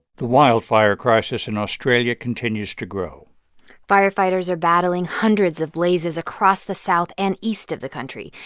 the wildfire crisis in australia continues to grow firefighters are battling hundreds of blazes across the south and east of the country.